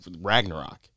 Ragnarok